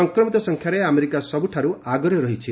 ସଂକ୍ରମିତ ସଂଖ୍ୟାରେ ଆମେରିକା ସବୁଠାରୁ ଆଗରେ ରହିଛି